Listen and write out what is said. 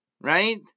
right